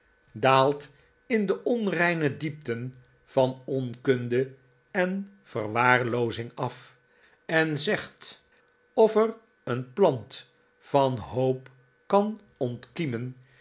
daalt in de onreine diepten van onkunde en verwaarloomaarten chuzzl'e wit zing af en zegt of er een plant van hoop kan ontkiemen